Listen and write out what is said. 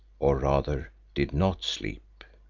or rather did not sleep.